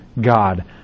god